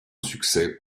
succès